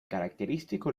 característico